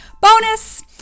bonus